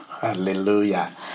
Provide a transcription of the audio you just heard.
Hallelujah